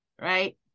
right